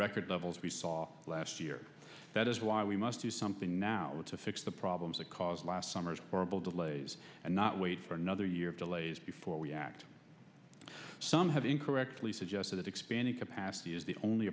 record levels we saw last year that is why we must do something now to fix the problems that caused last summer's horrible delays and not wait for another year of delays before we act as some have incorrectly suggested that expanding capacity is the only